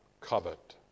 covet